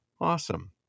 Awesome